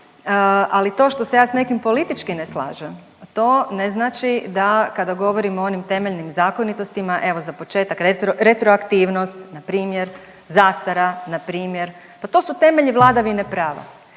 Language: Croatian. Ali to što se ja sa nekim politički ne slažem pa to ne znači da kada govorim o onim temeljnim zakonitostima evo za početak retroaktivnost na primjer, zastara na primjer. Pa to su temelji vladavine prava.